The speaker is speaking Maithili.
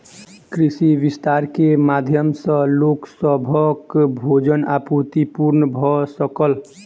कृषि विस्तार के माध्यम सॅ लोक सभक भोजन आपूर्ति पूर्ण भ सकल